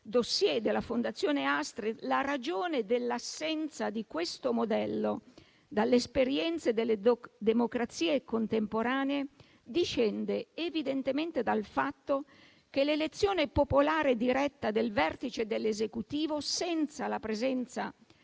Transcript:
*dossier* della Fondazione Astrid: la ragione dell'assenza di questo modello dalle esperienze delle democrazie contemporanee discende evidentemente dal fatto che l'elezione popolare diretta del vertice dell'esecutivo, senza la presenza